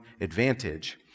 advantage